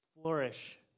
Flourish